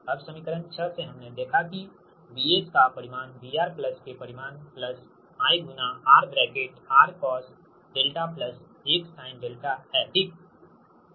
अब समीकरण 6 से हमने देखा है कि VS का परिमाण VR प्लस के परिमाण प्लस I गुणा R ब्रैकेट Rcosδप्लस X sinδ ठीक है